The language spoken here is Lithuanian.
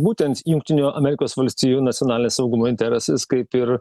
būtent jungtinių amerikos valstijų nacionaliniais saugumo interesais kaip ir